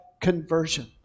conversion